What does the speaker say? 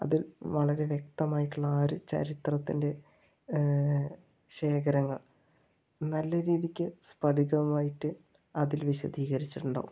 അതിൽ വളരെ വ്യക്തമായിട്ടുള്ള ആ ഒരു ചരിത്രത്തിൻ്റെ ശേഖരങ്ങൾ നല്ല രീതിയ്ക്ക് സ്ഫടികമായിട്ട് അതിൽ വിശദീകരിച്ചിട്ടുണ്ടാവും